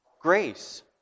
Grace